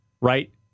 Right